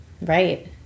right